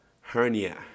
hernia